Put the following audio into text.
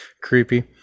Creepy